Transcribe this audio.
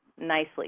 nicely